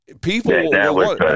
People –